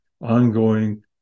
ongoing